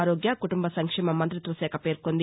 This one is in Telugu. ఆరోగ్య కుటుంబ సంక్షేమ మంతిత్వ శాఖ పేర్కొంది